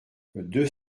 deux